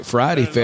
Friday